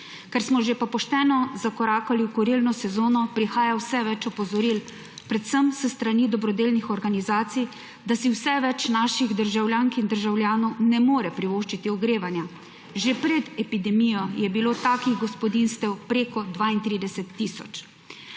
Ker smo že pošteno zakorakali v kurilno sezono, prihaja vse več opozoril predvsem s strani dobrodelnih organizacij, da si vse več naših državljank in državljanov ne more privoščiti ogrevanja. Že pred epidemijo je bilo takih gospodinjstev preko 32 tisoč.